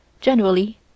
Generally